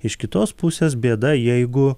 iš kitos pusės bėda jeigu